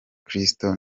kristo